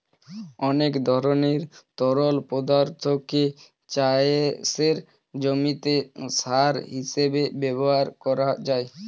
অনেক ধরনের তরল পদার্থকে চাষের জমিতে সার হিসেবে ব্যবহার করা যায়